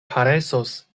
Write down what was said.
karesos